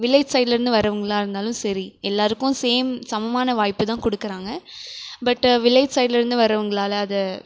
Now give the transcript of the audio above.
village சைடில் இருந்து வரவங்களா இருந்தாலும் சரி எல்லோருக்கும் சேம் சமமான வாய்ப்பு தான் கொடுக்குறாங்க பட்டு வில்லேஜ் சைடில் இருந்து வரவங்களால அதை